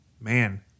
man